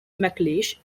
mcleish